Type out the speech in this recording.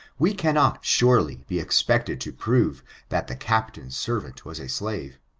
we cannot, surely, be expected to prove that the captain's servant was a slave.